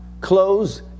close